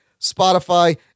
Spotify